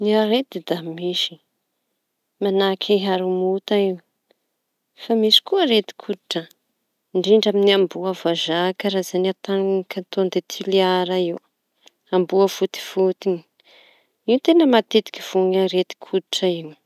Ny arety da misy manahaky aromota io, fa misy koa areti-koditra indrindra amin'ny amboa vazaha karaizañy ataony koton de Tuléar io amboa foty foty io. Io teña matetiky voan'ny areti-koditra iñy.